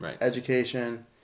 education